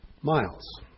miles